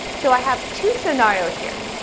so i have two scenarios here.